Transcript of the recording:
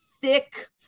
thick